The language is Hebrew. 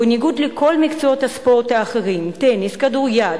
בניגוד לכל מקצועות הספורט האחרים, טניס, כדוריד,